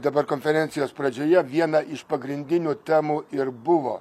dabar konferencijos pradžioje viena iš pagrindinių temų ir buvo